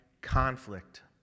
conflict